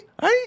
hey